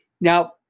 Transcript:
now